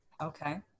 Okay